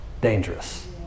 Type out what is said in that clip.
dangerous